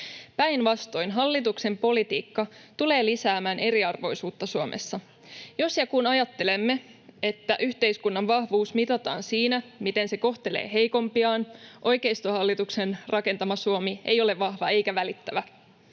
Päinvastoin, hallituksen politiikka tulee lisäämään eriarvoisuutta Suomessa, jos ja kun ajattelemme, että yhteiskunnan vahvuus mitataan siinä, miten se kohtelee heikompiaan. Oikeistohallituksen rakentama Suomi ei ole vahva eikä välittävä.